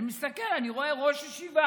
אני מסתכל, אני רואה: ראש ישיבה.